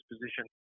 position